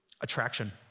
Attraction